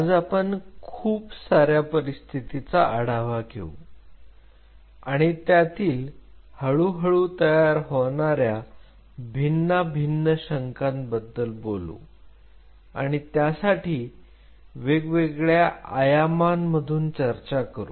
आज आपण खूप सार्या परिस्थितीचा आढावा घेऊ आणि त्यातील हळूहळू तयार होणाऱ्या भिन्नभिन्न शंका बद्दल बोलू आणि त्यासाठी वेगवेगळ्या आयामांमधून चर्चा करू